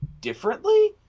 differently